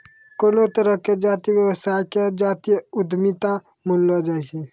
कोनो तरहो के जातीय व्यवसाय के जातीय उद्यमिता मानलो जाय छै